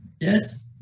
Yes